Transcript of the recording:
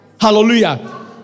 hallelujah